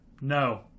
no